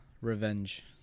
Revenge